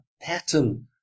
pattern